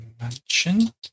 mansion